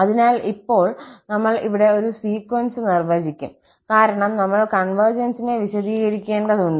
അതിനാൽ ഇപ്പോൾ നമ്മൾ ഇവിടെ ഒരു സീക്വൻസ് നിർവ്വചിക്കും കാരണം നമ്മൾ കൺവെർജൻസിനെ കുറിച്ച് ചർച്ച ചെയ്യുമ്പോൾ ഒരു സീക്വൻസ് വിശദീകരിക്കേണ്ടതുണ്ട്